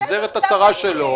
הנגזרת הצרה שלו.